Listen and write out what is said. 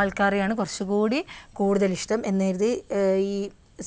ആൾക്കാരെയാണ് കുറച്ച് കൂടി കൂടുതൽ ഇഷ്ടം എന്ന് കരുതി ഈ